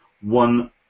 one